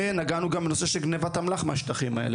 ונגענו גם בנושא של גניבת אמל"ח מהשטחים האלה.